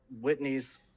Whitney's